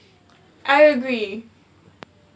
I agree